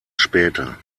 später